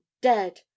dead